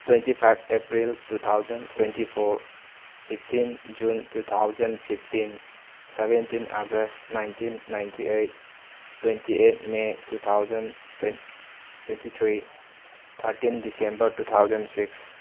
twenty five April two thousand twenty four fifteen June two thousand fifteen seventeen August nineteen ninety eight twenty eight may two thousand twenty three thirteen December two thousand six